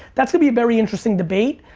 that's gonna be a very interesting debate.